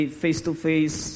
face-to-face